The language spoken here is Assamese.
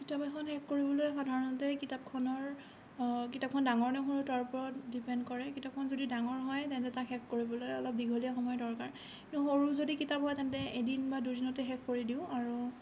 কিতাপ এখন শেষ কৰিবলৈ সাধাৰণতে কিতাপখনৰ কিতাপখন ডাঙৰ নে সৰু তাৰ ওপৰত ডিপেণ্ড কৰে কিতাপখন যদি ডাঙৰ হয় তেন্তে তাক শেষ কৰিবলৈ অলপ দীঘলীয়া সময়ৰ দৰকাৰ কিন্তু সৰু যদি কিতাপ হয় তেন্তে এদিন বা দুদিনতে শেষ কৰি দিওঁ আৰু